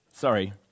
Sorry